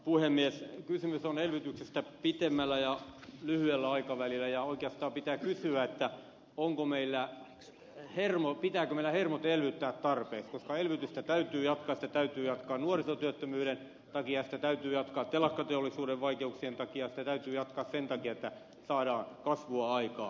kysymys on elvytyksestä pitemmällä ja lyhyellä aikavälillä ja oikeastaan pitää kysyä että onko meillä sitten hermo pitääkö meillä hermot elvyttää tarpeeksi koska elvytystä täytyy jatkaa sitä täytyy jatkaa nuorisotyöttömyyden takia ja sitä täytyy jatkaa telakkateollisuuden vaikeuksien takia sitä täytyy jatkaa sen takia että saadaan kasvua aikaan